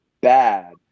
bad